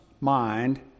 mind